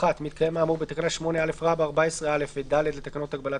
מתקיים האמור בתקנה 8א(14)(א) ו-(ד) לתקנות הגבלת